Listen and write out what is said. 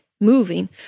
moving